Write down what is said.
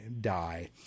die